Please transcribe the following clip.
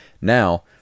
Now